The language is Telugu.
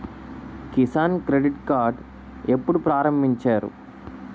కిసాన్ క్రెడిట్ కార్డ్ ఎప్పుడు ప్రారంభించారు?